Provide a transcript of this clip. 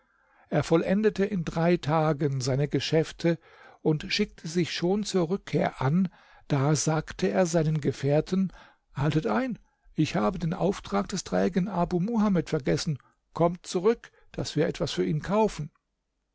er vollendete in drei tagen seine geschäfte und schickte sich schon zur rückkehr an da sagte er seinen gefährten haltet ein ich habe den auftrag des trägen abu muhamed vergessen kommt zurück daß wir etwas für ihn kaufen